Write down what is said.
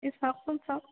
এই চাওকচোন চাওক